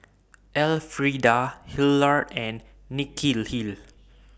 Elfrieda Hillard and Nikhil